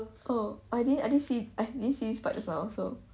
oh I didn't see I didn't see I didn't see this part just now so